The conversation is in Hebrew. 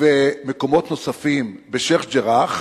ומקומות נוספים בשיח'-ג'ראח,